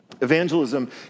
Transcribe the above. Evangelism